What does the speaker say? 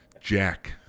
Jack